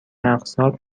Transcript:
اقساط